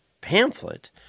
pamphlet